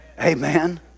Amen